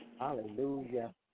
Hallelujah